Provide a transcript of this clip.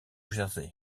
jersey